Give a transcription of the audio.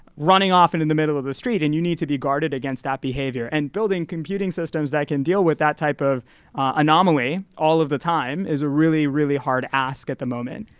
running off and into the middle of the street and you need to be guarded against that behavior. and building computing systems that can deal with that type of anomaly all of the time is a really, really hard ask at the moment.